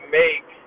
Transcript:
make